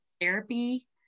therapy